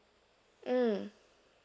mm